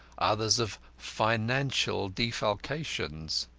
others of financial defalcations.